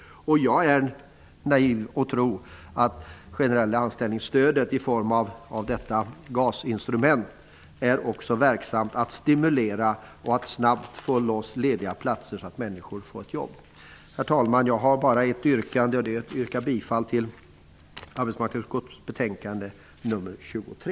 Jag är så naiv att jag tror att det generella anställningsstödet, GAS, också är ett verksamt verktyg när det gäller att stimulera och att snabbt få loss lediga platser så att människor får jobb. Herr talman! Jag har bara ett yrkande. Jag yrkar nämligen bifall till hemställan i arbetsmarknadsutskottets betänkande nr 23.